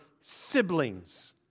siblings